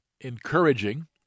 encouraging